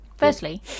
Firstly